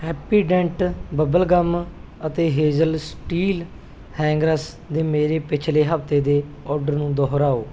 Happydent bubble gum ਅਤੇ hazel steel hangers ਦੇ ਮੇਰੇ ਪਿਛਲੇ ਹਫਤੇ ਦੇ ਆਰਡਰ ਨੂੰ ਦੁਹਰਾਓ